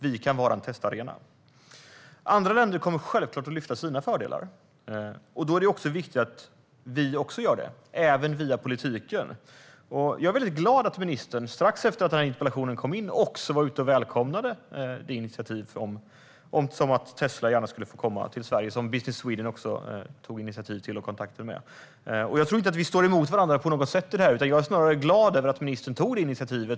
Vi kan vara en testarena. Andra länder kommer självklart att lyfta fram sina fördelar. Då är det viktigt att vi också gör det, också via politiken. Jag är väldigt glad över att ministern strax efter att den här interpellationen kom in också var ute och välkomnade det initiativ och de kontakter som Business Sweden tog för att Tesla gärna skulle få komma till Sverige. Jag tror inte att vi har motsatta ståndpunkter i detta, utan jag är snarare glad över att ministern tog detta initiativ.